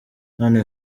none